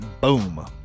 Boom